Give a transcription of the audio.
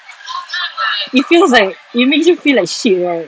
it feels like it makes you feel like shit right